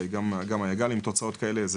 גם יג"ל עם תוצאות כאלה.